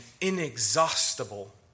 inexhaustible